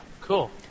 Cool